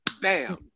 Bam